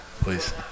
please